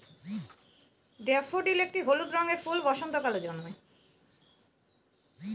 daffodil একটি হলুদ রঙের ফুল বসন্তকালে জন্মায়